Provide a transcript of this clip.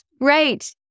right